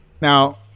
Now